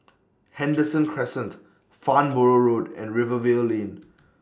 Henderson Crescent Farnborough Road and Rivervale Lane